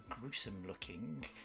gruesome-looking